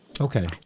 okay